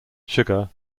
sugar